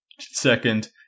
second